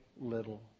little